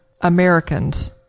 Americans